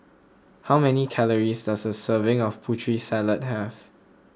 how many calories does a serving of Putri Salad have